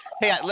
Hey